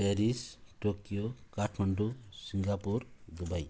Paris Tokyo Kathmandu Singapore Dubai